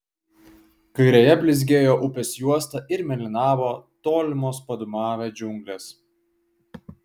kairėje blizgėjo upės juosta ir mėlynavo tolimos padūmavę džiunglės